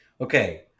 Okay